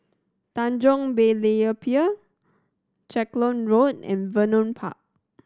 Tanjong Berlayer Pier Clacton Road and Vernon Park